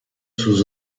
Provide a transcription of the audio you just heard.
sus